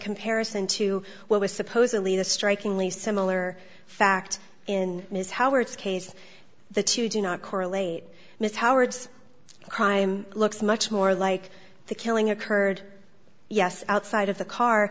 comparison to what was supposedly the strikingly similar fact in his howard's case the two do not correlate mr howard's crime looks much more like the killing occurred yes outside of the car